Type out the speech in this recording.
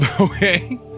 Okay